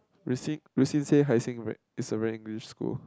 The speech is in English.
Re-Xin Re-Xin say Hai-Sing rag is a very English school